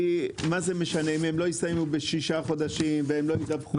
כי מה זה משנה אם הם לא יסיימו בשישה חודשים והם לא ידווחו.